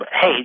hey